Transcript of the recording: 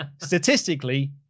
Statistically